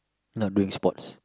not doing sports